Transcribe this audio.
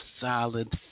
solid